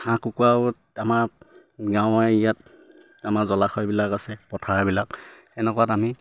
হাঁহ কুকুৰাত আমাৰ গাঁৱৰ এৰিয়াত আমাৰ জলাশয়বিলাক আছে পথাৰাবিলাক এনেকুৱাত আমি